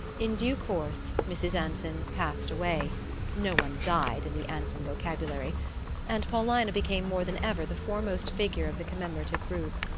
in due course mrs. anson passed away no one died in the anson vocabulary and paulina became more than ever the foremost figure of the commemorative group.